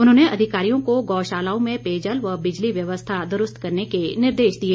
उन्होंने अधिकारियों को गौशालाओं में पेयजल व बिजली व्यवस्था द्रूस्थ करने के निर्देश दिए